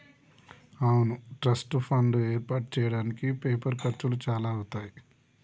అవును trust fund ఏర్పాటు చేయడానికి పేపర్ ఖర్చులు చాలా అవుతాయి